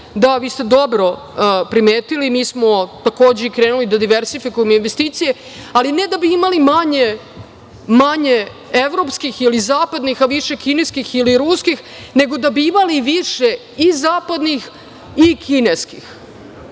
da, vi ste dobro primetili da smo krenuli da diverzifikujemo investicije, ali ne da bi imali manje evropskih ili zapadnih, a više kineskih ili ruskih, nego da bi imali više i zapadnih i kineskih,